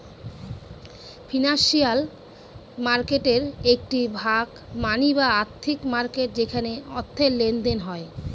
financial মার্কেটের একটি ভাগ মানি বা আর্থিক মার্কেট যেখানে অর্থের লেনদেন হয়